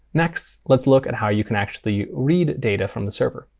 next, let's look at how you can actually read data from the server.